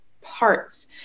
parts